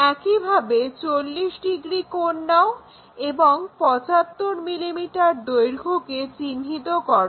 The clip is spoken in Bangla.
একইভাবে 40 ডিগ্রি কোণ নাও এবং 75 mm দৈর্ঘ্যকে চিহ্নিত করো